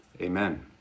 Amen